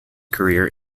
career